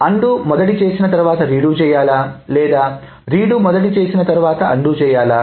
undo మొదట చేసి తరువాత రీడు చేయాలా లేదా రీడు మొదట చేసి తరువాత అన్డు చేయాలా